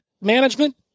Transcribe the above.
management